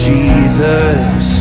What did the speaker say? Jesus